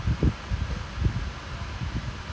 !wah! was some thirty something year old some thaadi